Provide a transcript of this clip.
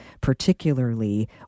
particularly